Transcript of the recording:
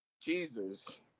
Jesus